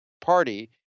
party